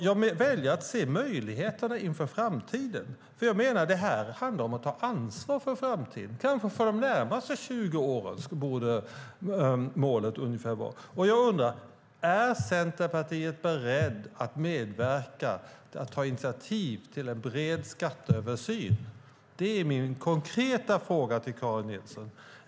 Jag väljer att se möjligheterna inför framtiden, för det här handlar om att ta ansvar för framtiden - målet borde vara för de närmaste 20 åren. Jag undrar: Är Centerpartiet berett att medverka och ta initiativ till en bred skatteöversyn? Det är min konkreta fråga till Karin Nilsson.